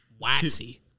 waxy